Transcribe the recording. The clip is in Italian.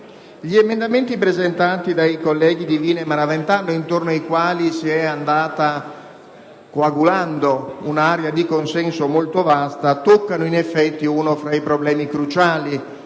gli emendamenti presentati dai colleghi Divina e Maraventano, intorno ai quali si è andata coagulando un'area di consenso molto vasta, toccano uno fra i problemi cruciali